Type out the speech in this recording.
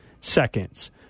seconds